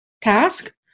task